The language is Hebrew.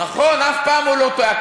נכון, אף פעם הוא לא טועה.